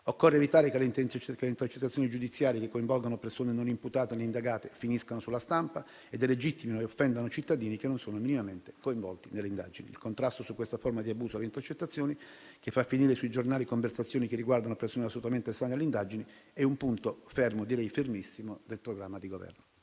Occorre evitare che le intercettazioni giudiziarie che coinvolgono persone non imputate né indagate finiscano sulla stampa e delegittimino e offendano cittadini che non sono minimamente coinvolti nelle indagini. Il contrasto a questa forma di abuso delle intercettazioni, che fa finire sui giornali conversazioni che riguardano persone assolutamente estranee alle indagini, è un punto fermo - direi fermissimo - del programma di Governo.